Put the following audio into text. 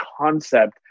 concept